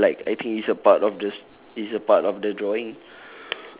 this is like I think it's a part of the s~ it's a part of the drawing